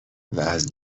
واز